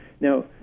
Now